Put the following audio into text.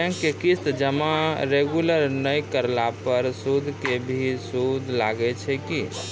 Bank के किस्त जमा रेगुलर नै करला पर सुद के भी सुद लागै छै कि?